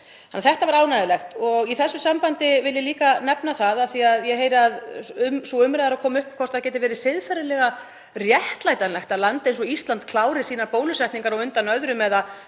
Þannig að það var ánægjulegt. Í þessu sambandi vil ég líka nefna, af því að ég heyri að sú umræða er að koma upp hvort það geti verið siðferðilega réttlætanlegt að land eins og Ísland klári sínar bólusetningar á undan öðrum, eða